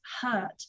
hurt